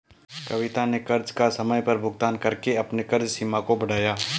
कविता ने कर्ज का समय पर भुगतान करके अपने कर्ज सीमा को बढ़ाया